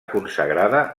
consagrada